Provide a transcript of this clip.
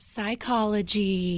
Psychology